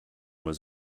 was